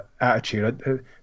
attitude